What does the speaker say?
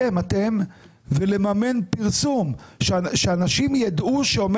אתם, אתם, ולממן פרסום שאנשים יידעו שיש